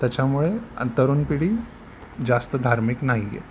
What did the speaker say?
त्याच्यामुळे तरुण पिढी जास्त धार्मिक नाही आहे